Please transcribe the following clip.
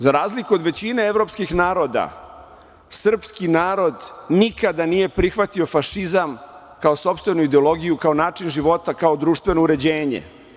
Za razliku od većine evropskih naroda, srpski narod nikada nije prihvatio fašizam kao sopstvenu ideologiju, kao način života, kao društveno uređenje.